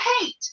hate